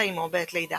ביוגרפיה צ'ולגוש נולד